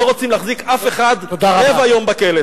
לא רוצים להחזיק אף אחד רבע יום בכלא.